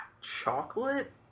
chocolate